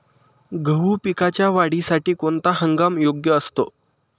गहू पिकाच्या वाढीसाठी कोणता हंगाम योग्य असतो?